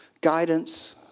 guidance